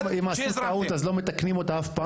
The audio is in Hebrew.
ואז מה, אם עושים טעות אז לא מתקנים אותה אף פעם?